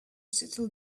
settle